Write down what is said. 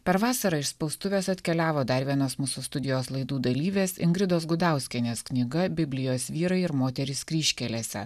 per vasarą iš spaustuvės atkeliavo dar vienos mūsų studijos laidų dalyvės ingridos gudauskienės knyga biblijos vyrai ir moterys kryžkelėse